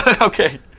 Okay